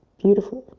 beautiful.